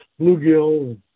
bluegill